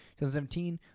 2017